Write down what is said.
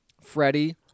Freddie